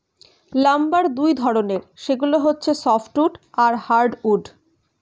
lumber দুই ধরনের, সেগুলো হচ্ছে সফ্ট উড আর হার্ড উড